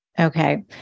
Okay